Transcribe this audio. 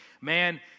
man